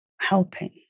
helping